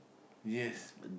yes